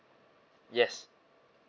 yes